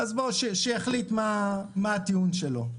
אז שיחליט מה הטיעון שלו.